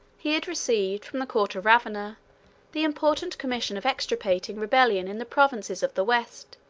he had received from the court of ravenna the important commission of extirpating rebellion in the provinces of the west